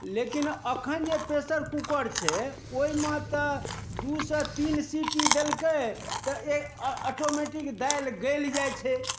लेकिन अखन जे प्रेसर कुकर छै ओहिमे तऽ दू सँ तीन सीटी दलकै तऽ ऑटोमेटिक दालि गैल जाइ छै